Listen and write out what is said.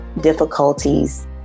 difficulties